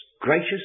gracious